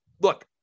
Look